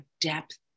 depth